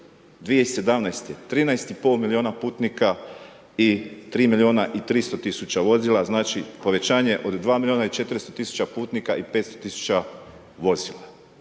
2017. 13,5 milijuna putnika i 3 milijuna i 300 000 vozila, znači povećanje od 2 milijuna i 400 000 putnika i 500 000 vozila.